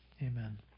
Amen